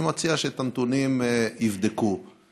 אני מציע שיבדקו את הנתונים.